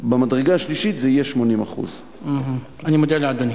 במדרגה השלישית זה יהיה 80%. אני מודה לאדוני.